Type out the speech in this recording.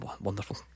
wonderful